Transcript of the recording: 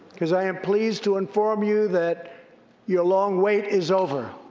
because i am pleased to inform you that your long wait is over.